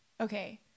okay